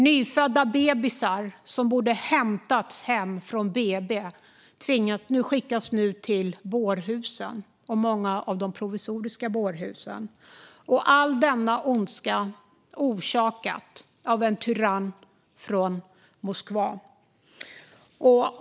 Nyfödda bebisar som borde ha hämtats hem från BB skickas nu till något av de många provisoriska bårhusen. All denna ondska har orsakats av en tyrann från Moskva.